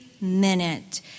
minute